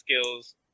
skills